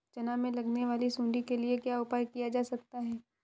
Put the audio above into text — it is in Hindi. चना में लगने वाली सुंडी के लिए क्या उपाय किया जा सकता है?